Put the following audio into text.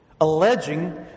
alleging